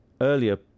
Earlier